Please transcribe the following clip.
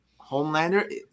Homelander